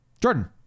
Jordan